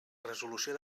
resolució